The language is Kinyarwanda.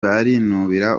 barinubira